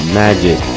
magic